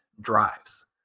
drives